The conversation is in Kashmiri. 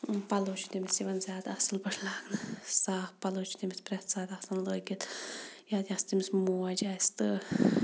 پَلَو چھِ تٔمِس یِوان زیادٕ اصل پٲٹھۍ لاگنہٕ صاف پَلَو چھِ تٔمِس پرٮ۪تھ ساتہٕ آسان لٲگِتھ یا یۄس تٔمِس موج آسہٕ تہٕ